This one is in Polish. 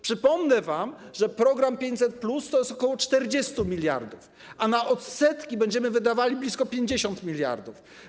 Przypomnę wam, że program 500+ to jest ok. 40 mld, a na odsetki będziemy wydawali blisko 50 mld.